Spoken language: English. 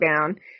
down